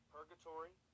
Purgatory